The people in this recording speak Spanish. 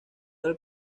del